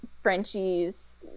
Frenchie's